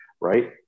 right